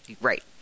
Right